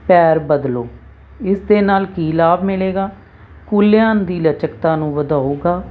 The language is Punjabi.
ਪੈਰ ਬਦਲੋ ਇਸ ਦੇ ਨਾਲ ਕੀ ਲਾਭ ਮਿਲੇਗਾ ਕੂਲ੍ਹਿਆਂ ਦੀ ਲਚਕਤਾ ਨੂੰ ਵਧਾਊਗਾ